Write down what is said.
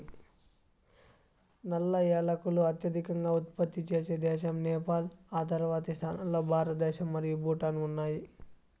నల్ల ఏలకులు అత్యధికంగా ఉత్పత్తి చేసే దేశం నేపాల్, ఆ తర్వాతి స్థానాల్లో భారతదేశం మరియు భూటాన్ ఉన్నాయి